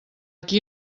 qui